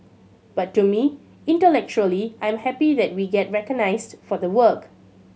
but to me intellectually I'm happy that we get recognised for the work